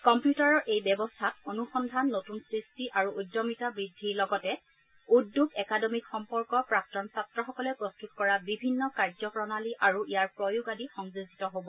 কম্পিউটাৰৰ এই ব্যৱস্থাত অনুসন্ধান নতুন সৃষ্টি আৰু উদ্যমিতা বৃদ্ধিৰ লগতে উদ্যোগ একাডেমীক সম্পৰ্ক প্ৰাক্তন ছাত্ৰসকলে প্ৰস্তুত কৰা বিভিন্ন কাৰ্যপ্ৰণালী আৰু ইয়াৰ প্ৰয়োগ আদি সংযোজিত হ'ব